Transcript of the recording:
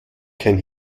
kein